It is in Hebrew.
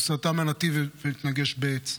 הוא סטה מהנתיב והתנגש בעץ.